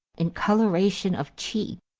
in colouration of cheek,